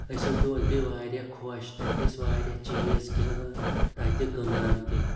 أسۍ ییٚلہِ تور گٔیہِ واریاہ خۄش تَتہِ ٲسۍ واریاہ چیٖز کیٚنٛہہ تَتہِ کٕنان تہِ